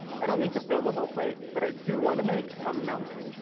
i don't need to fill the whole plate, but i do want to make a mountain.